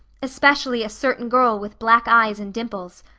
especially a certain girl with black eyes and dimples.